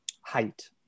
height